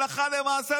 הלכה למעשה,